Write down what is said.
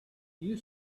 you